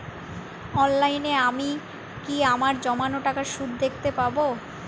অনলাইনে আমি কি আমার জমানো টাকার সুদ দেখতে পবো?